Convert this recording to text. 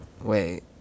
Wait